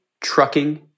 trucking